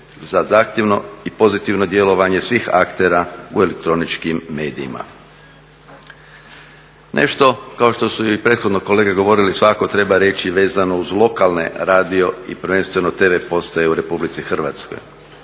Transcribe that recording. za zahtjevno i pozitivno djelovanje svih aktera u elektroničkim medijima. Nešto kao što su i prethodno kolege govorili svakako treba reći vezano uz lokalne radio i prvenstveno tv postaje u RH. Jasno